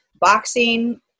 boxing